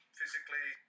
physically